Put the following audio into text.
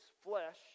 flesh